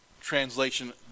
translation